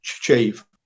achieve